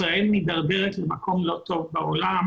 ישראל מדרדרת למקום לא טוב בעולם